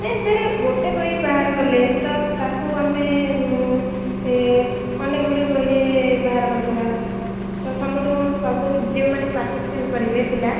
ନା ସେ ଗୋଟେ ବହି ବାହାର କଲେ ତ ତାକୁ ଆମେ ଅନେକ ଗୁଡ଼ିଏ ବହିରେ ବାହାର କରିଦେବା ତ ସମସ୍ତେ କଣ ସବୁ ଯୋଉମାନେ ପାର୍ଟିସିପେର୍ଟ କରିବେ ପିଲା